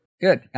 Good